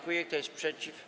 Kto jest przeciw?